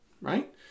right